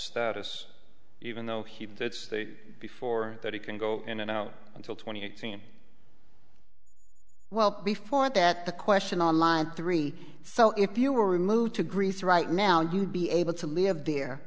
status even though he did state before that he can go in and out until twenty eighteen well before that the question on line three so if you were moved to greece right now you'd be able to live there